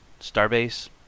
Starbase